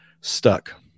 stuck